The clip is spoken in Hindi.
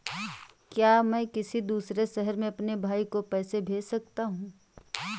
क्या मैं किसी दूसरे शहर में अपने भाई को पैसे भेज सकता हूँ?